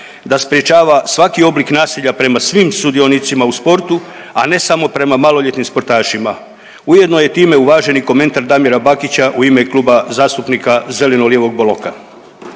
da sprječava svaki oblik nasilja prema svim sudionicima u sportu, a ne samo prema maloljetnim sportašima. Ujedno je time i uvažen komentar Damira Bakića u ime Kluba zastupnika zeleno-lijevog bloka.